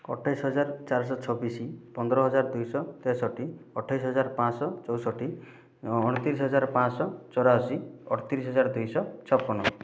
ଅଠେଇଶ୍ ହଜାର ଚାରିଶହ ଚବିଶ ପନ୍ଦର ହଜାର ଦୁଇଶହ ତେଷଠି ଅଠେଇଶ ହଜାର ପାଞ୍ଚଶହ ଚଉଷଠି ଅଣତିରିଶଶହ ହଜାର ପାଞ୍ଚଶହ ଚଉରାଅଶୀ ଅଠତିରିଶ ହଜାର ଦୁଇଶହ ଛପନ